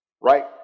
right